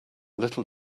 little